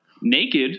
naked